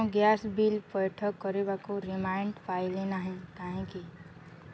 ମୁଁ gas bill ପୈଠ କରିବାକୁ ରିମାଇଣ୍ଡର୍ ପାଇଲି ନାହିଁ କାହିଁକି